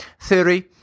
theory